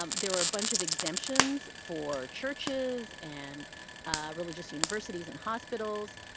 um there were a bunch of exemptions for churches and religious universities and hospitals.